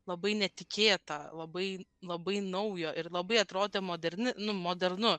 labai netikėta labai labai naujo ir labai atrodė moderni nu modernu